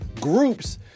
groups